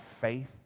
faith